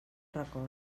recordo